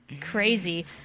Crazy